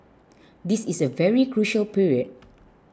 this is a very crucial period